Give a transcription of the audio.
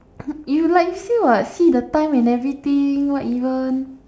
you like you say what see the time and everything what even